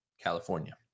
California